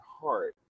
heart